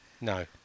No